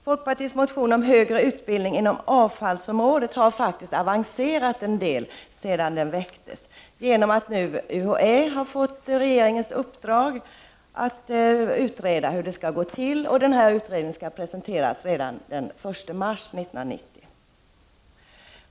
Folkpartiets motion om högre utbildning inom avfallsområdet har faktiskt avancerat en del sedan den väcktes, genom att UHÄ nu har fått regeringens uppdrag att utreda hur det skall gå till. Denna utredning skall presenteras redan den 1 mars 1990.